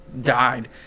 died